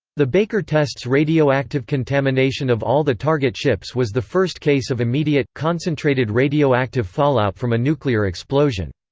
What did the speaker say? the baker test's radioactive contamination of all the target ships was the first case of immediate, concentrated radioactive fallout from a nuclear explosion.